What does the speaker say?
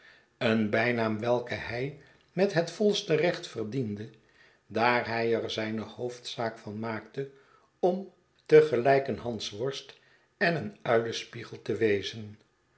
een bijnaam welken hij met het volste recht verdiende daar hij er zijne hoofdzaak van maakte om te gelijk een hansworst en een uilespiegel te wezen